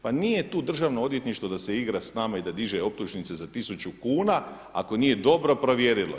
Pa nije tu Državno odvjetništvo da se igra s nama i da diže optužnice za 1000 kuna ako nije dobro provjerilo.